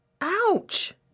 Ouch